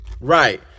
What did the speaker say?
Right